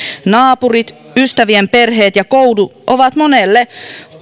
naapurit ystävien perheet ja koulu ovat monelle